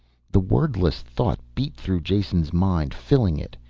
the wordless thought beat through jason's mind, filling it.